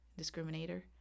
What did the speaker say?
discriminator